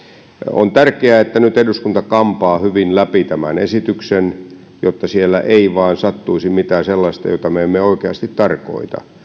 on tärkeää että eduskunta kampaa nyt hyvin läpi tämän esityksen jotta siellä ei vain sattuisi olemaan mitään sellaista mitä me emme oikeasti tarkoita